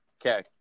Okay